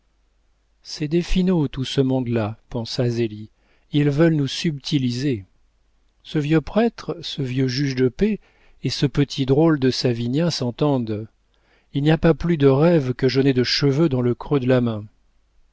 finauds tout ce monde-là pensa zélie ils veulent nous subtiliser ce vieux prêtre ce vieux juge de paix et ce petit drôle de savinien s'entendent il n'y a pas plus de rêves que je n'ai de cheveux dans le creux de la main